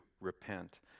repent